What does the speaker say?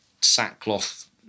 sackcloth